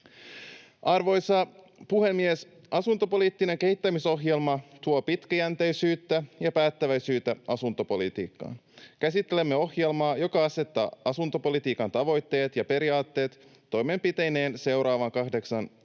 Arvoisa puhemies! Asuntopoliittinen kehittämisohjelma tuo pitkäjänteisyyttä ja päättäväisyyttä asuntopolitiikkaan. Käsittelemme ohjelmaa, joka asettaa asuntopolitiikan tavoitteet ja periaatteet toimenpiteineen seuraavan kahdeksan vuoden